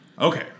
Okay